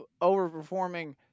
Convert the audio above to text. overperforming